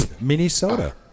minnesota